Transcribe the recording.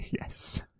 Yes